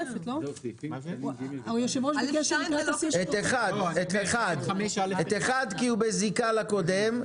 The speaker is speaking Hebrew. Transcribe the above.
תקראי את סעיף 5א1 כי הוא בזיקה לסעיף הקודם.